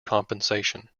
compensation